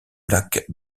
lac